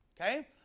okay